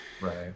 right